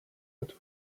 but